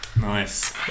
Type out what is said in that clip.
nice